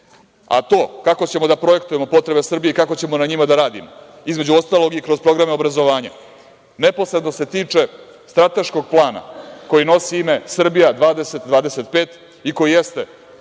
to kako ćemo da projektujemo potrebe Srbije i kako ćemo na njima da radimo, između ostalog i kroz programe obrazovanje neposredno se tiče Strateškog plana koji nosi ime „Srbija 2025“ i koji jeste